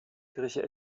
kirche